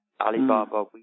Alibaba